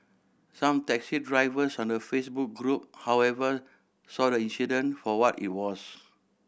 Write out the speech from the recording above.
some taxi drivers on the Facebook group however saw the accident for what it was